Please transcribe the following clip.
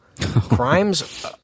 Crimes